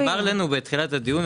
אבל נאמר לנו בתחילת הדיון,